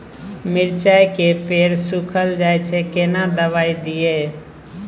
मिर्चाय के पेड़ सुखल जाय छै केना दवाई दियै?